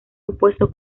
impuesto